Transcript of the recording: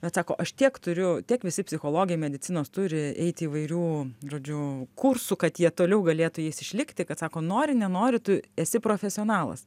bet sako aš tiek turiu tiek visi psichologai medicinos turi eiti įvairių žodžiu kursų kad jie toliau galėtų jais išlikti kad sako nori nenori tu esi profesionalas